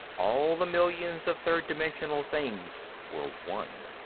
all the millions of third-dimensional things were one.